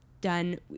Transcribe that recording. done